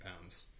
pounds